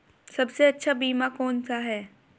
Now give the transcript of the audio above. सबसे अच्छा बीमा कौन सा है?